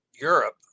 Europe